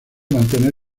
mantener